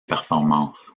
performances